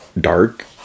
dark